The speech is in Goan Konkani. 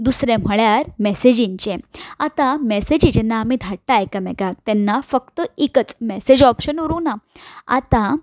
दुसरें म्हणल्यार मॅसेजींचे आतां मॅसेजी जेन्ना आमी धाडटात एकामेकांक तेन्ना फक्त एकच मॅसेज ऑप्शन उरूंक ना आतां